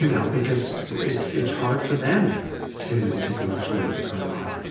and because it's it's hard for them to to go through what's going on